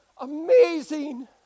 amazing